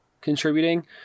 contributing